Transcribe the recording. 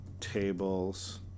Tables